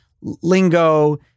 lingo